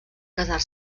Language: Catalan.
casar